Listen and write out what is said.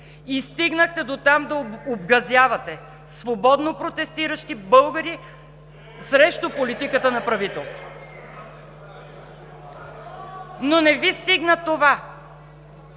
Стигнахте до там да обгазявате свободно протестиращи българи срещу политиката на правителството. (Шум и